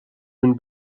been